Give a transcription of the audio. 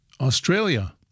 Australia